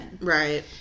Right